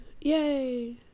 Yay